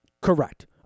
Correct